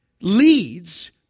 leads